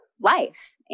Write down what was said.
life